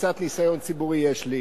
קצת ניסיון ציבורי יש לי.